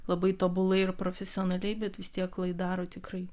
labai tobulai ir profesionaliai bet vis tiek lai daro tikrai